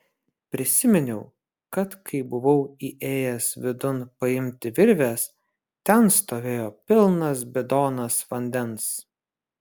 prisiminiau kad kai buvau įėjęs vidun paimti virvės ten stovėjo pilnas bidonas vandens